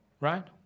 right